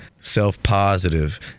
self-positive